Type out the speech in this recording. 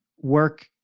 work